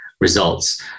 results